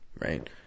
right